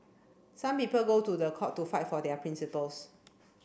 some people go to the court to fight for their principles